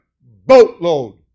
boatload